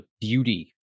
beauty